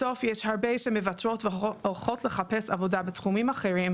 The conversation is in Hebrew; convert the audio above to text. בסוף יש הרבה שמוותרות והולכות לחפש עבודה בתחומים אחרים,